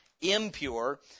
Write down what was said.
impure